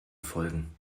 folgen